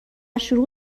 شروع